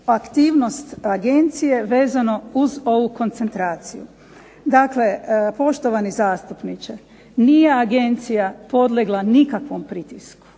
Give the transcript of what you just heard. aktivnost agencije vezano uz ovu koncentraciju. Dakle, poštovani zastupniče nije agencije podlegla nikakvom pritisku,